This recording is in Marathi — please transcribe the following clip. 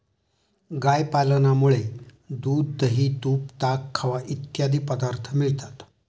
गाय पालनामुळे दूध, दही, तूप, ताक, खवा इत्यादी पदार्थ मिळतात